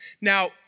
Now